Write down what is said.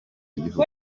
y’igihugu